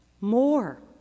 More